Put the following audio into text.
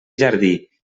jardí